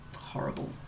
horrible